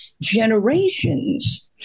generations